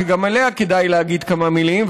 שגם עליה כדאי להגיד כמה מילים,